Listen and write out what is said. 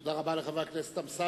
תודה רבה לחבר הכנסת אמסלם.